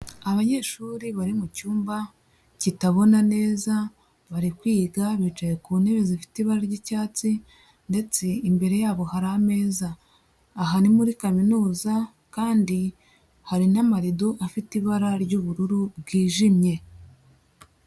Abanyeshuri bari mu cyumba kitabona neza bari kwiga bicaye ku ntebe zifite ibara ry'icyatsi ndetse imbere yabo hari ameza, aha ni muri kaminuza kandi hari n'amarido afite ibara ry'ubururu bw'ijimye.